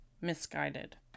misguided